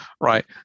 right